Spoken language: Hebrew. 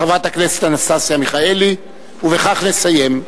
חברת הכנסת אנסטסיה מיכאלי, ובכך נסיים.